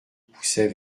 poussait